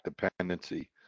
dependency